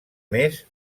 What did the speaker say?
més